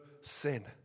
sin